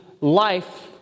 life